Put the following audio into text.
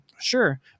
sure